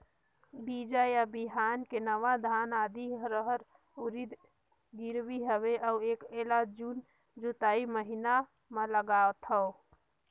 बीजा या बिहान के नवा धान, आदी, रहर, उरीद गिरवी हवे अउ एला जून जुलाई महीना म लगाथेव?